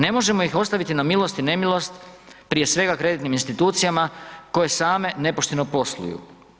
Ne možemo ih ostaviti na milost i nemilost prije svega kreditnim institucijama koje same nepošteno posluju.